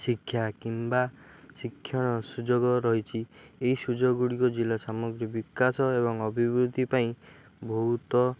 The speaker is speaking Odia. ଶିକ୍ଷା କିମ୍ବା ଶିକ୍ଷଣ ସୁଯୋଗ ରହିଛି ଏହି ସୁଯୋଗ ଗୁଡ଼ିକ ଜିଲ୍ଲା ସାମଗ୍ରୀ ବିକାଶ ଏବଂ ଅଭିବୃଦ୍ଧି ପାଇଁ ବହୁତ